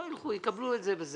הם לא ילכו, הם יקבלו את זה וזהו.